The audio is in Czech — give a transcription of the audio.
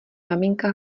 maminka